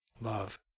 love